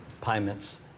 payments